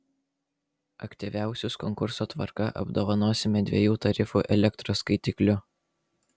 aktyviausius konkurso tvarka apdovanosime dviejų tarifų elektros skaitikliu